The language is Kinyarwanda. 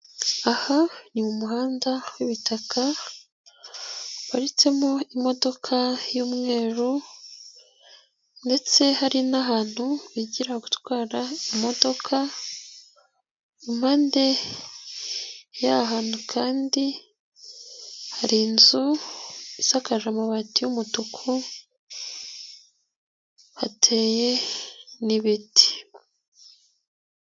Aha ni mumuhanda wibitaka, hapatsemo imodoka y'umweru, ndetse hari n'ahantu bigira gutwara imodoka, impande y'aha hantu kandi hari inzu isakaje amabati y'umutuku hateye n'ibiti.